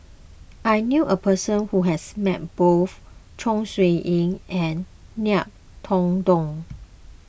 I knew a person who has met both Chong Siew Ying and Ngiam Tong Dow